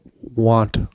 want